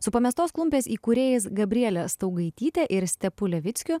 su pamestos klumpės įkūrėjais gabriele staugaityte ir stepu levickiu